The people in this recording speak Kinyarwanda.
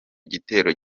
gitero